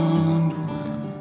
underwear